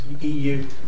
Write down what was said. EU